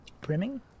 Brimming